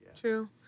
True